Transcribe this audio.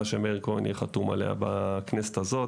שמאיר כהן יהיה חתום עליה בכנסת הזאת.